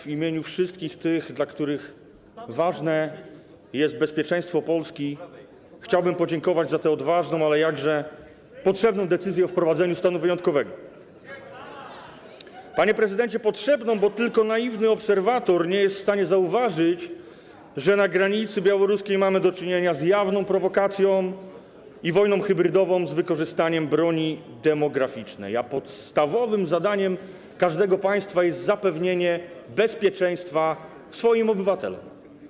W imieniu tych wszystkich, dla których ważne jest bezpieczeństwo Polski, chciałbym podziękować za tę odważną, ale jakże potrzebną decyzję o wprowadzeniu stanu wyjątkowego - potrzebną, bo tylko naiwny obserwator nie jest w stanie zauważyć, że na granicy białoruskiej mamy do czynienia z jawną prowokacją i wojną hybrydową z wykorzystaniem broni demograficznej, a podstawowym zadaniem każdego państwa jest zapewnienie bezpieczeństwa jego obywatelom.